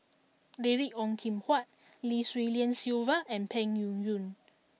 David Ong Kim Huat Lim Swee Lian Sylvia and Peng Yuyun